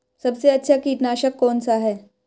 सबसे अच्छा कीटनाशक कौनसा है?